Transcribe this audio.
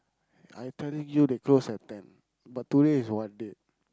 I'm telling you they close at ten but today is what date